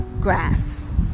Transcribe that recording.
grass